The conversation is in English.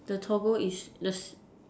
the Toggle is